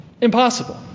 Impossible